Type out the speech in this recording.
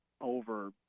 over